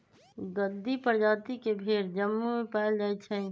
गद्दी परजाति के भेड़ जम्मू में पाएल जाई छई